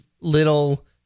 little